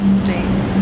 space